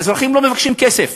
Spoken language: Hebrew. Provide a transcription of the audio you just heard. האזרחים לא מבקשים כסף,